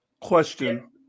question